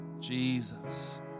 Jesus